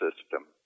system